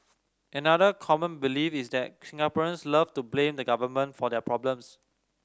another common belief is that Singaporeans love to blame the government for their problems